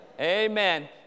Amen